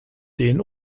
den